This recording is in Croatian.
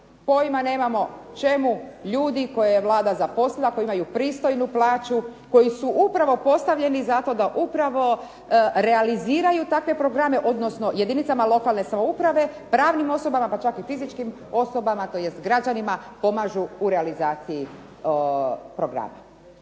pojma nemamo čemu ljudi koje je Vlada zaposlila koji imaju pristojnu plaću, koji su upravo postavljeni zato da upravo realiziraju takve programe, odnosno jedinicama lokalne samouprave, pravnim osobama pa čak i fizičkim osobama tj. građanima pomažu u realizaciji programima.